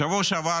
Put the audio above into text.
בשבוע שעבר,